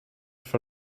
for